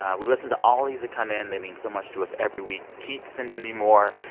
ah we listen to all these that come in. they mean so much to us every week. keep sending me more.